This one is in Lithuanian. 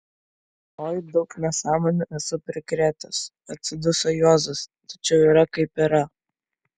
oi daug nesąmonių esu prikrėtęs atsiduso juozas tačiau yra kaip yra